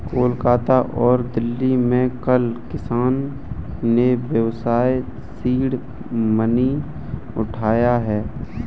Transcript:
कोलकाता और दिल्ली में कल किसान ने व्यवसाय सीड मनी उठाया है